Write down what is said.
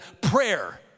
prayer